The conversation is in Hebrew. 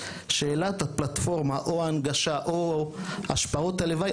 שאלת הפלטפורמה או הנגשה או השפעות הלוואי,